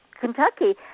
Kentucky